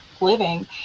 living